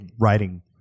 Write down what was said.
writing